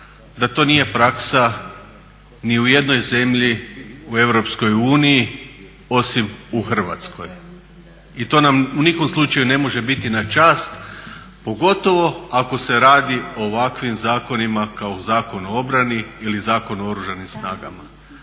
da to nije praksa ni u jednoj zemlji u EU osim u Hrvatskoj. I to nam u nikom slučaju ne može biti na čast pogotovo ako se radi o ovakvim zakonima kao o Zakonu o obrani ili Zakonu o Oružanim snagama.